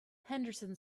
henderson